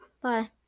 Bye